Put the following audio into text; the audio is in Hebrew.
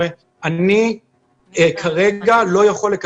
מה אסור?